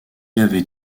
avait